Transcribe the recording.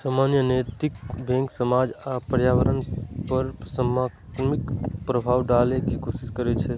सामान्यतः नैतिक बैंक समाज आ पर्यावरण पर सकारात्मक प्रभाव डालै के कोशिश करै छै